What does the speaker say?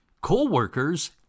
co-workers